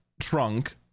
trunk